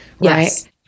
Yes